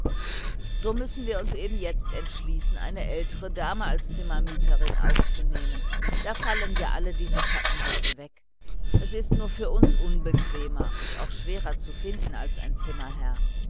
so müssen wir uns eben jetzt entschließen eine ältere dame als zimmermieterin aufzunehmen da fallen ja alle diese schattenseiten weg es ist nur für uns unbequemer und auch schwerer zu finden als ein zimmerherr